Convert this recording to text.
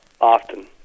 Often